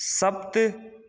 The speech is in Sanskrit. सप्त